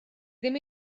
ddim